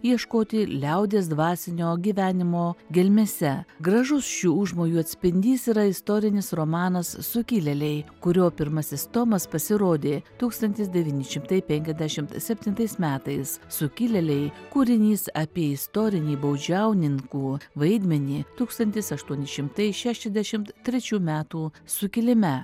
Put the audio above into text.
ieškoti liaudies dvasinio gyvenimo gelmėse gražus šių užmojų atspindys yra istorinis romanas sukilėliai kurio pirmasis tomas pasirodė tūkstantis devyni šimtai penkiasdešimt septintais metais sukilėliai kūrinys apie istorinį baudžiauninkų vaidmenį tūkstantis aštuoni šimtai šešiasdešimt trečių metų sukilime